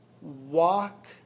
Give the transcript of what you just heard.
walk